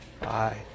Bye